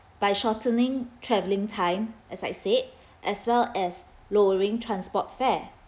by shortening travelling time as I said as well as lowering transport fare